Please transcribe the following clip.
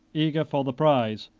eager for the prize,